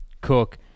Cook